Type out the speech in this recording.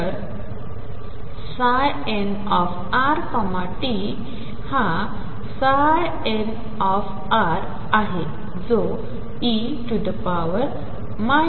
तर nrt is nrआहेजो e iEnt